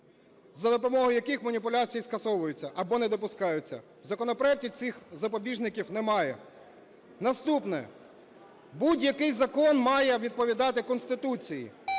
за допомогою яких маніпуляції скасовуються або не допускаються. У законопроекті цих запобіжників немає. Наступне. Будь-який закон має відповідати Конституції.